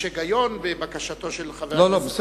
יש בכל זאת היגיון בבקשתו של חבר הכנסת גנאים,